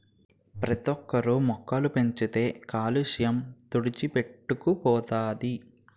ప్రతోక్కరు మొక్కలు పెంచితే కాలుష్య తుడిచిపెట్టుకు పోతది